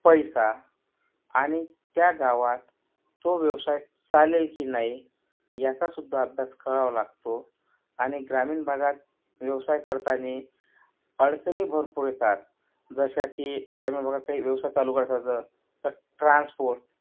पैसा आणि त्या गावात तो व्यवसाय चालेल की नाही याचासुद्धा अभ्यास करावं लागतो आणि ग्रामीण भागात व्यवसाय करतानी अडचणी भरपूर येतात जशा की ग्रामीण भागात काही व्यवसाय चालू करायचं असं तर ट्रान्सपोर्ट